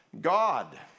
God